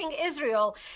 Israel